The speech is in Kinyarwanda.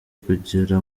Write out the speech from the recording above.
kugera